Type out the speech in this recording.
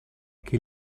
che